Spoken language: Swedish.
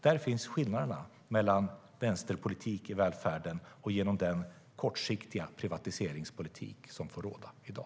Där finns skillnaderna mellan vänsterpolitik i välfärden och den kortsiktiga privatiseringspolitik som får råda i dag.